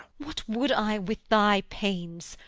what would i with thy pains?